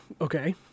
okay